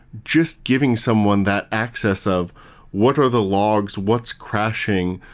just giving someone that access of what are the logs? what's crashing?